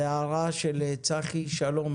והערה של צחי שלום,